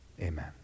amen